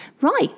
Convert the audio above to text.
Right